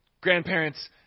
grandparents